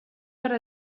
per